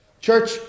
Church